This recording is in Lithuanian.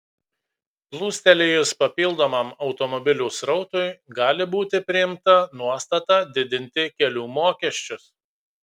plūstelėjus papildomam automobilių srautui gali būti priimta nuostata didinti kelių mokesčius